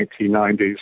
1990s